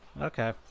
Okay